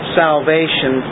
salvation